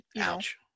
Ouch